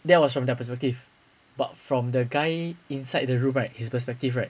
that was from their perspective but from the guy inside the room right his perspective right